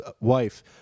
wife